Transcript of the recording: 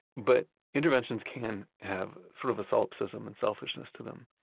but interventions can have sort of solipsism and selfishness to them.